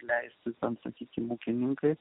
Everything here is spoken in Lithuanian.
leisiu sau sakysime ūkininkai